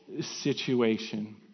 situation